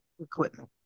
equipment